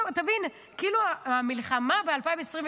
תבין, כאילו המלחמה ב-2023,